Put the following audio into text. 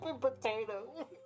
potato